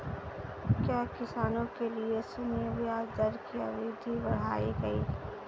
क्या किसानों के लिए शून्य ब्याज दर की अवधि बढ़ाई गई?